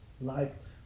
liked